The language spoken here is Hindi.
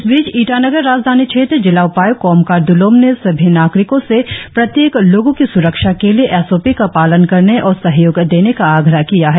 इस बीच ईटानगर राजधानी क्षेत्र जिला उपाय्क्त कोमकर द्रलोम ने सभी नागरिको से प्रत्येक लोगो की स्रक्षा के लिए एस ओ पी का पालन करने और सहयोग देने का आग्रह किया है